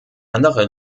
andere